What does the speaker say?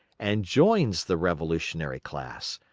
and joins the revolutionary class,